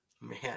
Man